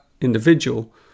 individual